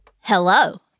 Hello